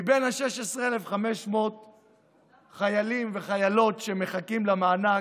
מבין 16,500 החיילים והחיילות שמחכים למענק,